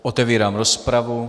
Otevírám rozpravu.